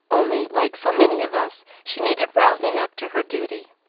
only, like so many of us, she needed rousing up to her duty.